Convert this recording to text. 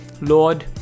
Lord